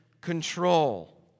control